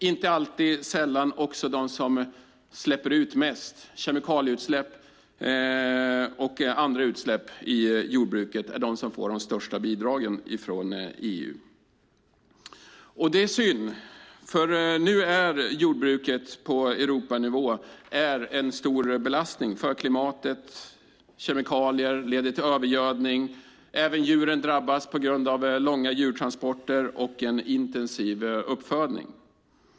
Det är inte heller sällan de som står för mest kemikalieutsläpp och andra utsläpp som får de största bidragen från EU. Det är synd, för nu är jordbruket på Europanivå en stor belastning för klimatet. Kemikalier leder till övergödning, och även djuren drabbas på grund av långa djurtransporter och en intensiv uppfödning.